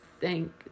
thank